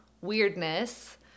weirdness